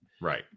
Right